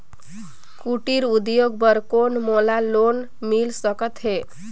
कुटीर उद्योग बर कौन मोला लोन मिल सकत हे?